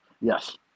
Yes